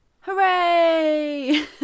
Hooray